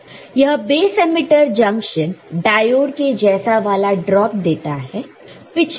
यह base emitter junction diode के जैसा वाला ड्रॉप देता है